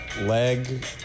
leg